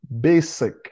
Basic